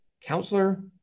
counselor